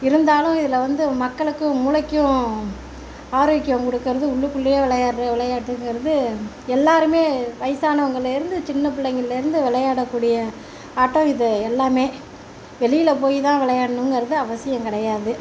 இருந்தாலும் இதில் வந்து மக்களுக்கு மூளைக்கும் ஆரோக்கியம் கொடுக்குறது உள்ளுக்குள்ளேயே விளையாடுகிற விளையாட்டுங்கிறது எல்லோருமே வயசானங்கலேருந்து சின்ன பிள்ளைங்கலேருந்து விளையாடக்கூடிய ஆட்டம் இது எல்லாமே வெளியில் போய் தான் விளையாடணுங்கிறது அவசியம் கிடையாது